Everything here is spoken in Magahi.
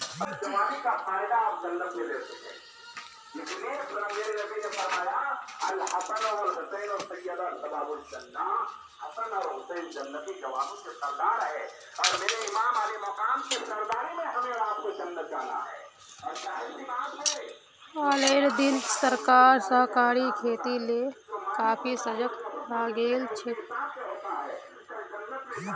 हालेर दिनत सरकार सहकारी खेतीक ले काफी सजग हइ गेल छेक